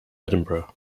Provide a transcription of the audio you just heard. edinburgh